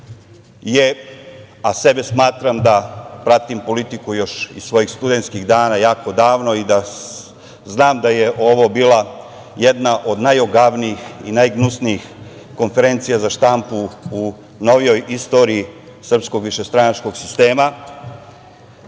a sebe smatram da pratim politiku još iz svojih studentskih dana, jako davno, i da znam da je ovo bila jedna od najogavnijih i najgnusnijih konferencija za štampu u novijoj istoriji, srpskog višestranačkog sistema,